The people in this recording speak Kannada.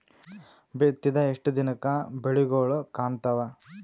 ಬಿತ್ತಿದ ಎಷ್ಟು ದಿನಕ ಬೆಳಿಗೋಳ ಕಾಣತಾವ?